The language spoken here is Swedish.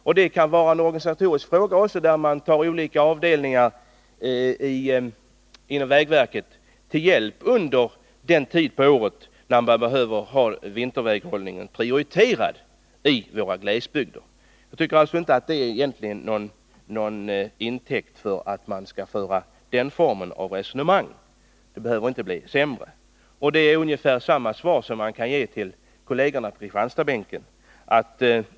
Det kan också vara en organisatorisk fråga att ta olika avdelningar inom vägverket till hjälp under den tid på året när vinterväghållningen i glesbygderna behöver prioriteras. Jag tycker alltså inte att det finns intäkt för den typ av resonemang som Kurt Hugosson för — det behöver inte bli sämre. Ungefär samma svar kan jag ge till kollegerna på Kristianstadsbänken.